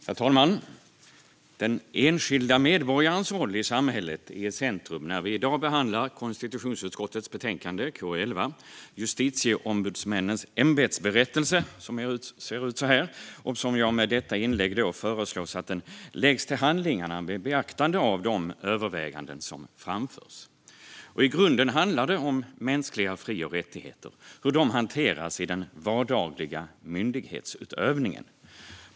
Justitieombudsmän-nens ämbetsberättelse Herr talman! Den enskilda medborgarens roll i samhället är i centrum när vi i dag behandlar konstitutionsutskottets betänkande KU11 Justitieombudsmännens ämbetsberättelse , som jag med detta inlägg föreslår läggs till handlingarna med beaktande av de överväganden som framförs. I grunden handlar det om mänskliga fri och rättigheter och hur de hanteras i den vardagliga myndighetsutövningen.